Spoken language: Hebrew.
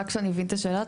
רק שאני אבין את השאלה.